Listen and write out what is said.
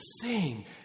sing